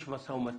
יש משא ומתן?